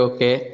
Okay